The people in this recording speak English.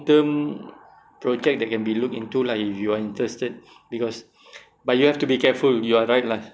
term project that can be look into lah if you're interested because but you have to be careful you are right lah